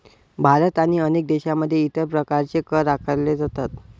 भारत आणि अनेक देशांमध्ये इतर प्रकारचे कर आकारले जातात